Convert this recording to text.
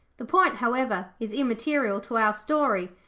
the point, however, is immaterial to our story,